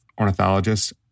ornithologist